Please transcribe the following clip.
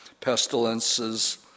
pestilences